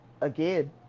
Again